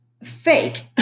fake